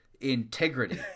integrity